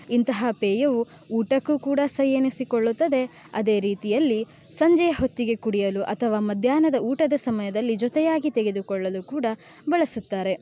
ಇಂತಹ ಪೇಯವು ಊಟಕ್ಕೂ ಕೂಡ ಸೈ ಎನಿಸಿಕೊಳ್ಳುತ್ತದೆ ಅದೇ ರೀತಿಯಲ್ಲಿ ಸಂಜೆಯ ಹೊತ್ತಿಗೆ ಕುಡಿಯಲು ಅಥವಾ ಮಧ್ಯಾಹ್ನದ ಊಟದ ಸಮಯದಲ್ಲಿ ಜೊತೆಯಾಗಿ ತೆಗೆದುಕೊಳ್ಳಲು ಕೂಡ ಬಳಸುತ್ತಾರೆ